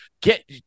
get